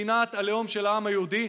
מדינת הלאום של העם היהודי,